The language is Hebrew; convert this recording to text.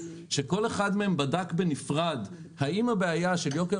כל אחד מהם בדק בנפרד האם הבעיה של יוקר